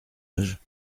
âge